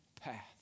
path